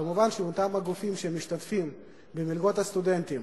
כמובן שאותם הגופים שמשתתפים במלגות הסטודנטים